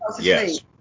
Yes